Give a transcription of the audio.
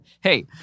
Hey